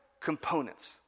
components